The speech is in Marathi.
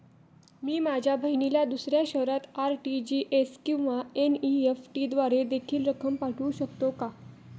मी माझ्या बहिणीला दुसऱ्या शहरात आर.टी.जी.एस किंवा एन.इ.एफ.टी द्वारे देखील रक्कम पाठवू शकतो का?